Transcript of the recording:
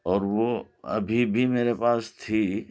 اور وہ ابھی بھی میرے پاس تھی